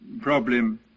problem